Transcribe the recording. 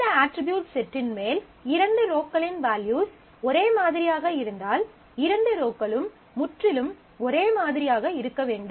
இந்த அட்ரிபியூட் செட்டின் மேல் இரண்டு ரோக்களின் வேல்யூஸ் ஒரே மாதிரியாக இருந்தால் இரண்டு ரோக்களும் முற்றிலும் ஒரே மாதிரியாக இருக்க வேண்டும்